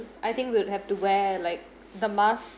I think will have to wear like the mask